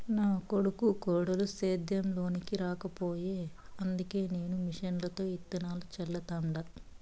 నా కొడుకు కోడలు సేద్యం లోనికి రాకపాయె అందుకే నేను మిషన్లతో ఇత్తనాలు చల్లతండ